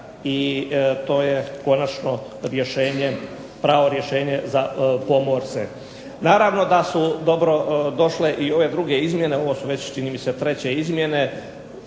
i to je konačno pravo rješenje za pomorce. Naravno da su dobro došle i ove druge izmjene, ovo su već treće izmjene,